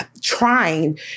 trying